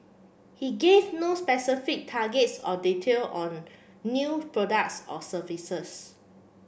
he gave no specific targets or details on new products or services